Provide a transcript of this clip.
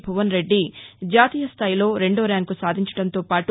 భువన్ రెడ్డి జాతీయస్థాయిలో రెండో ర్యాంకు సాధించటంతో పాటు